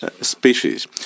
Species